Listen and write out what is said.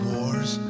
Wars